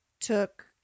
took